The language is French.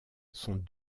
sont